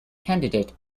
candidate